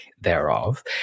thereof